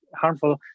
harmful